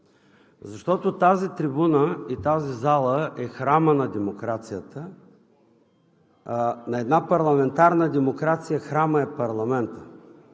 Защото тази трибуна и тази зала е храмът на демокрацията. На една парламентарна демокрация храмът е парламентът